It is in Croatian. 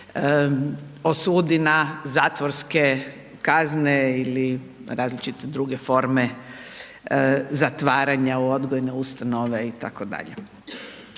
osudi na zatvorske kazne ili različite druge forme zatvaranja u odgojne ustanove itd.